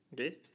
Okay